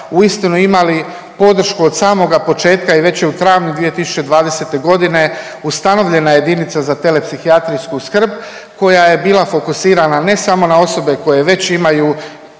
uistinu imali podršku od samoga početka i već je u travnju 2020. godine ustanovljena jedinica za telepsihijatrijsku skrb koja je bila fokusirana ne samo na osobe koje već imaju,